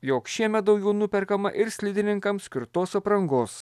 jog šiemet daugiau nuperkama ir slidininkams skirtos aprangos